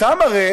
אותם הרי